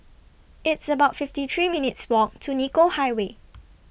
It's about fifty three minutes' Walk to Nicoll Highway